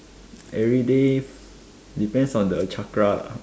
everyday depends on the chakra lah